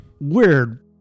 Weird